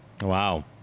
Wow